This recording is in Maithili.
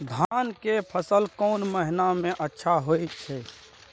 धान के फसल कोन महिना में अच्छा होय छै?